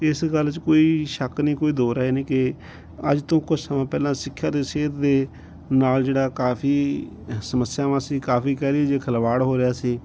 ਇਸ ਗੱਲ 'ਚ ਕੋਈ ਸ਼ੱਕ ਨਹੀਂ ਕੋਈ ਦੋ ਰਾਏ ਨਹੀਂ ਕਿ ਅੱਜ ਤੋਂ ਕੁਛ ਸਮਾਂ ਪਹਿਲਾਂ ਸਿੱਖਿਆ ਦੇ ਸਿਹਤ ਦੇ ਨਾਲ ਜਿਹੜਾ ਕਾਫੀ ਸਮੱਸਿਆਵਾਂ ਸੀ ਕਾਫੀ ਕਹਿ ਲਈਏ ਜੇ ਖਿਲਵਾੜ ਹੋ ਰਿਹਾ ਸੀ